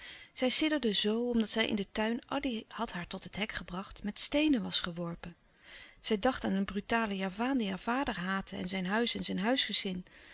zij sidderde zoo omdat zij in den tuin addy had haar tot het hek gebracht met steenen was geworpen zij dacht aan een brutalen javaan die haar vader haatte en zijn huis en zijn huisgezin